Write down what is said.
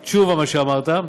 "תשובה", מה שאמרת,